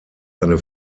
eine